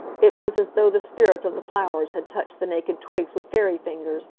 it was as though the spirit of the flowers had touched the naked twigs with fairy fingers,